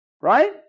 Right